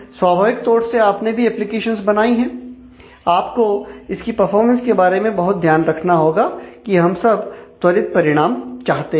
स्वाभाविक तौर से आपने भी एप्लीकेशंस बनाई हैं आपको इसकी परफॉर्मेंस के बारे में बहुत ध्यान रखना होगा कि हम सब त्वरित परिणाम चाहते हैं